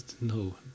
No